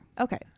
okay